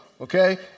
okay